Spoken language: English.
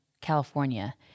California